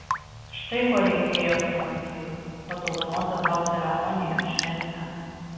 štai ko reikėjo pirmąsyk padovanoti tau ceremoniją šventę